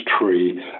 tree